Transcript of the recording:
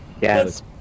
Yes